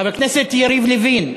חבר הכנסת יריב לוין,